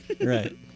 Right